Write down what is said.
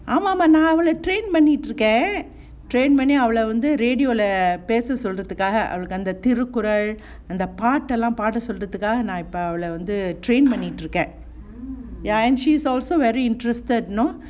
ஆமா ஆமா நான் அவள:ama ama nan avala train money பண்ணிட்டு இருக்கேன்:pannitu iruken train money அவள ரேடியோ ல பேச சொல்றதுக்காக அவளுக்கு அந்த திருக்குறள் அந்த பாட்டெல்லாம் பாட சொல்றதுக்காக:avala antha radio la pesa soldrathukka avalukku antha thirukkural antha paattellam paada soldrathukkaga ya and she's also very interested know